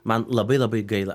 man labai labai gaila